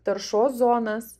taršos zonas